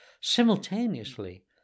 Simultaneously